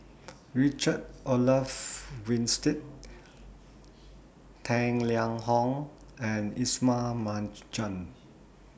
Richard Olaf Winstedt Tang Liang Hong and Ismail Marjan